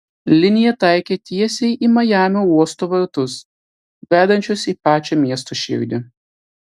linija taikė tiesiai į majamio uosto vartus vedančius į pačią miesto širdį